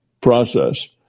process